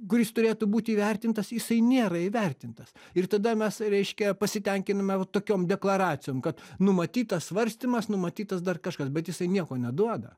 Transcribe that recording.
kuris turėtų būti įvertintas jisai nėra įvertintas ir tada mes reiškia pasitenkiname va tokiom deklaracijom kad numatytas svarstymas numatytas dar kažkas bet jisai nieko neduoda